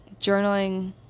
journaling